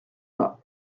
bas